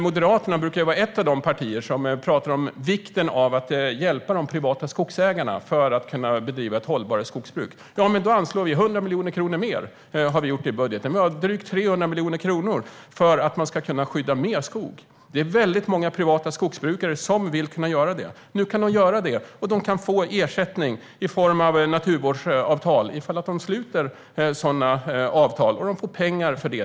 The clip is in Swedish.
Moderaterna brukar vara ett av de partier som talar om vikten av att hjälpa de privata skogsägarna för att kunna bedriva ett mer hållbart skogsbruk. Vi anslår 100 miljoner kronor mer i budgeten. Vi har drygt 300 miljoner kronor för att man ska kunna skydda mer skog. Det är många privata skogsbrukare som vill kunna göra det. Nu kan de göra det, och de kan få ersättning i form av naturvårdsavtal om de sluter sådana. De får pengar för det.